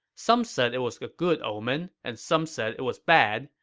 some said it was a good omen, and some said it was bad,